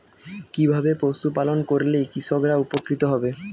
কিভাবে পশু পালন করলেই কৃষকরা উপকৃত হবে?